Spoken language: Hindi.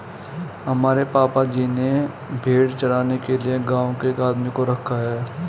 हमारे पापा जी ने भेड़ चराने के लिए गांव के एक आदमी को रखा है